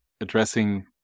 addressing